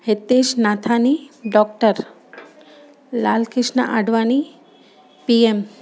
Hitesh Nathani doctor Lalkrishna Advani P M